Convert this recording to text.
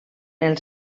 els